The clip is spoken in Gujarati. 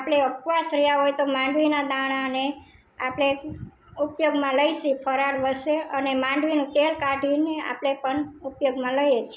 આપણે ઉપવાસ રહ્યાં હોય તો માંડવીના દાણાને આપણે ઉપયોગમાં લઈશું ફરાર વસે અને માંડવીનું તેલ કાઢીને આપણે પણ ઉપયોગમાં લઈએ છે